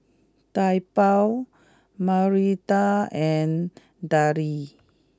Taobao Mirinda and Darlie